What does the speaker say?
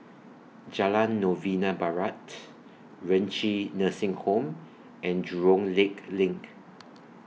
Jalan Novena Barat Renci Nursing Home and Jurong Lake LINK